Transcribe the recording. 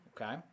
okay